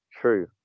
true